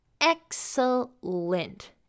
excellent